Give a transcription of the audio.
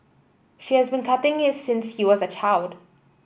she has been cutting it since he was a child